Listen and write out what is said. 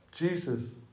Jesus